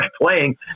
playing